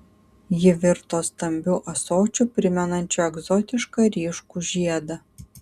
ji virto stambiu ąsočiu primenančiu egzotišką ryškų žiedą